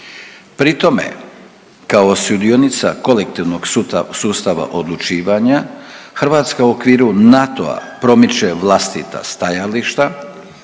Pri tome kao sudionica kolektivnog sustava odlučivanja Hrvatska u okviru NATO-a promiče vlastita stajališta,